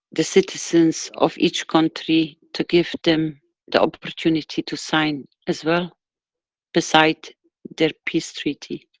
the citizens of each country to give them the opportunity to sign as well beside their peace-treaty